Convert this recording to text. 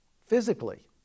physically